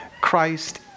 Christ